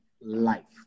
life